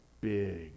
big